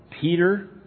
Peter